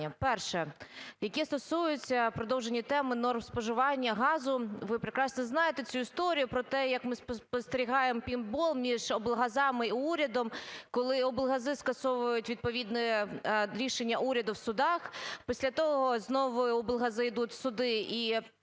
Перше - яке стосується продовження теми норм споживання газу. Ви прекрасно знаєте цю історію про те, як ми спостерігаємо пінбол між облгазами і урядом, коли облгази скасовують відповідне рішення уряду в судах. Після того знову облгази ідуть в суди